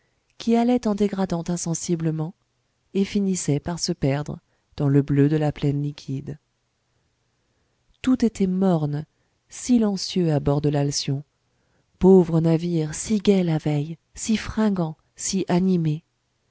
qui allaient en dégradant insensiblement et finissaient par se perdre dans le bleu de la plaine liquide tout était morne silencieux à bord de l'alcyon pauvre navire si gai la veille si fringant si animé